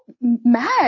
mad